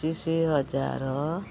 ପଚିଶି ହଜାର